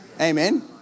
Amen